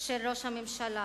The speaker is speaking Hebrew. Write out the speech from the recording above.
של ראש הממשלה,